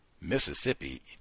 Mississippi